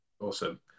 awesome